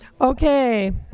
Okay